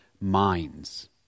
Minds